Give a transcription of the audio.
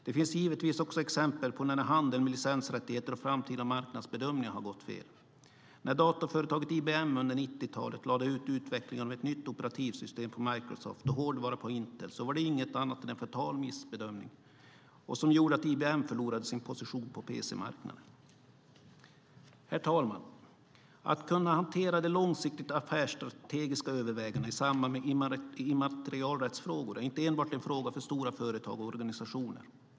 Det finns givetvis också exempel på när handel med licensrättigheter och framtida marknadsbedömningar har gått fel. När datorföretaget IBM under 90-talet lade ut utvecklingen av ett nytt operativsystem på Microsoft och hårdvara på Intel så var det inget annat än en fatal missbedömning som gjorde att IBM förlorade sin position på PC-marknaden. Herr talman! Att kunna hantera de långsiktigt affärsstrategiska övervägandena i samband med immaterialrättsfrågor är inte enbart en fråga för stora företag och organisationer.